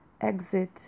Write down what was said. exit